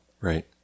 Right